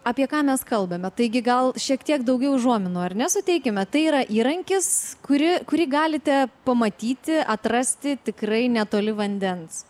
apie ką mes kalbame taigi gal šiek tiek daugiau užuominų ar ne suteikime tai yra įrankis kurį kurį galite pamatyti atrasti tikrai netoli vandens